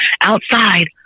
outside